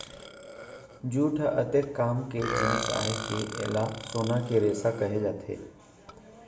jute ह अतेक काम के जिनिस आय के एला सोना के रेसा कहे जाथे